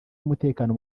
w’umutekano